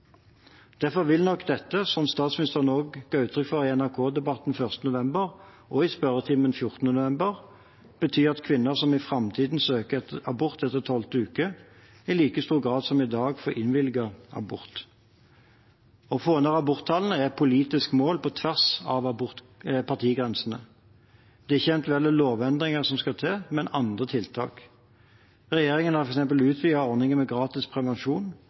Derfor vil nok dette – slik statsministeren også ga uttrykk for i NRK Debatten 1. november og i spørretimen 14. november – bety at kvinner som i framtiden søker abort etter tolvte uke, i like stor grad som i dag vil få innvilget abort. Å få ned aborttallene er et politisk mål på tvers av partigrenser. Det er ikke eventuelle lovendringer som skal til, men andre tiltak. Regjeringen har f.eks. utvidet ordningen med gratis prevensjon,